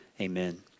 amen